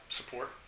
support